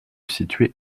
situer